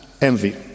envy